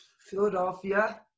Philadelphia